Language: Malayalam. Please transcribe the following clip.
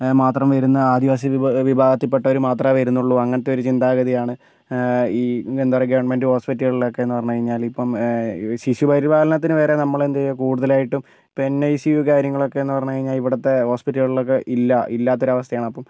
മാത്രം വരുന്ന ആദിവാസി വിഭാഗത്തിൽ പെട്ടവര് മാത്രമേ വരുന്നുള്ളു അങ്ങനത്തെ ഒരു ചിന്താഗതി ആണ് ഈ എന്താ പറയുക ഗവണ്മെൻറ്റ് ഹോസ്പിറ്റലുകളിലൊക്കെ എന്ന് പറഞ്ഞു കഴിഞ്ഞാല് ഇപ്പം ശിശു പരിപാലനത്തിന് വേറെ നമ്മള് എന്ത് ചെയ്യുക കൂടുതലായിട്ടും പിന്നെ എൻ ഐ സി യു കാര്യങ്ങളൊക്കെ എന്ന് പറഞ്ഞുകഴിഞ്ഞാൽ ഇവിടുത്തെ ഹോസ്പിറ്റലുകളിൽ ഒക്കെ ഇല്ല ഇല്ലാത്തൊരു അവസ്ഥ ആണ്